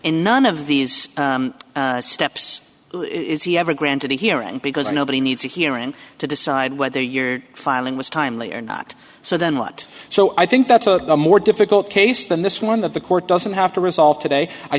in none of these steps is he ever granted a hearing because nobody needs a hearing to decide whether your filing was timely or not so then what so i think that's a more difficult case than this one that the court doesn't have to resolve today i